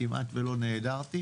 כמעט ולא נעדרתי,